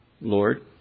Lord